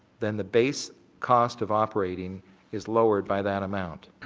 then the base cost of operating is lowered by that amount.